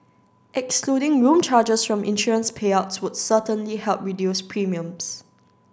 excluding room charges from insurance payouts would certainly help reduce premiums